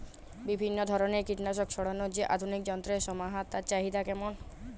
বিভিন্ন ধরনের কীটনাশক ছড়ানোর যে আধুনিক যন্ত্রের সমাহার তার চাহিদা কেমন?